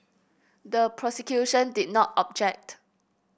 the prosecution did not object